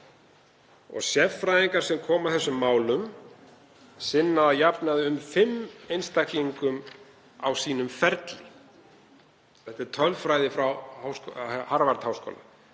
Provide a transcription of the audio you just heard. Sérfræðingar sem koma að þessum málum sinna að jafnaði um fimm einstaklingum á sínum ferli. Þetta er tölfræði frá Harvard-háskóla.